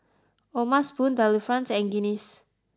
O'ma Spoon Delifrance and Guinness